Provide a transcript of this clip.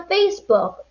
Facebook